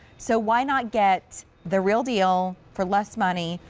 so why not get the real deal for less money,